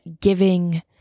giving